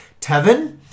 Tevin